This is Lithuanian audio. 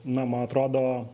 na man atrodo